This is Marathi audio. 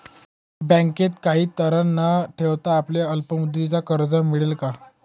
बँकेत काही तारण न ठेवता अल्प मुदतीचे कर्ज मिळेल का?